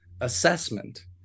assessment